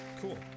cool